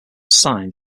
signs